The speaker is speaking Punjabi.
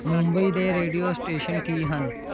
ਮੁੰਬਈ ਦੇ ਰੇਡੀਓ ਸਟੇਸ਼ਨ ਕੀ ਹਨ